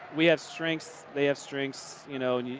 we have strengths, they have strengths. you know.